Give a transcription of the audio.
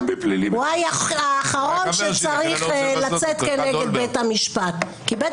הוא האחרון שהיה צריך לצאת כנגד בית המשפט כי בית